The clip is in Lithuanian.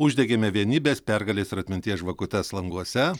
uždegėme vienybės pergalės ir atminties žvakutes languose